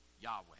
Yahweh